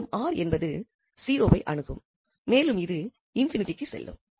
மேலும் 𝑅என்பது 0வை அணுகும் மேலும் இது ∞ க்கு செல்லும்